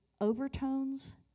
overtones